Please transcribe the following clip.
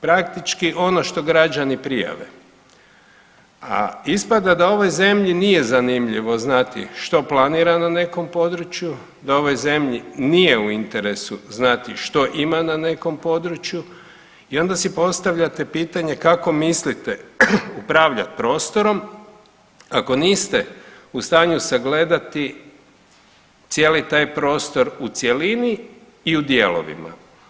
Praktički ono što građani prijave, a ispada da u ovoj zemlji nije zanimljivo znati što planira na nekom području, da ovoj zemlji nije u interesu znati što ima na nekom području i onda si postavljate pitanje kako mislite upravljati prostorom ako niste u stanju sagledati cijeli taj prostor u cjelini i u dijelovima.